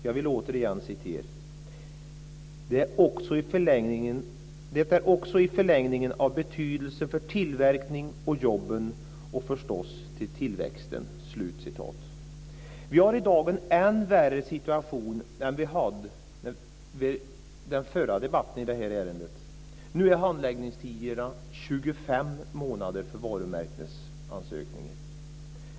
Jag vill återigen citera: "Det är också i förlängningen av betydelse för tillverkningen och jobben och förstås för tillväxten". Vi har i dag en än värre situation än vi hade vid den förra debatten i detta ärende. Nu är handläggningstiderna 25 månader för varumärkesansökningar.